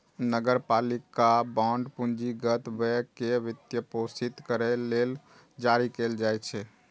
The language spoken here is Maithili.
नगरपालिका बांड पूंजीगत व्यय कें वित्तपोषित करै लेल जारी कैल जाइ छै